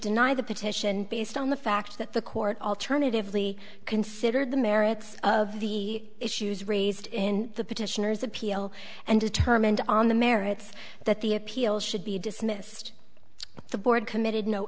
deny the petition based on the fact that the court alternatively considered the merits of the issues raised in the petitioners appeal and determined on the merits that the appeal should be dismissed the board committed no